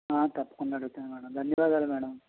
తప్పకుండా ఆడుగుతాను మ్యాడమ్ ధన్యవాదాలు మేడం